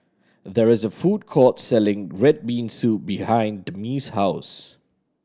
there is a food court selling red bean soup behind Demi's house